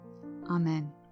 Amen